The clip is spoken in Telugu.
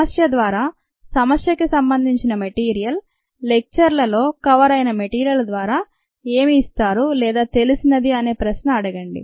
సమస్య ద్వారా సమస్య కి సంబంధించిన మెటీరియల్ లెక్చర్లలో కవర్ అయిన మెటీరియల్ ద్వారా ఏమి ఇస్తారు లేదా తెలిసినది అనే ప్రశ్న అడగండి